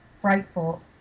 frightful